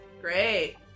Great